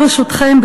ברשותכם,